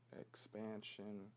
expansion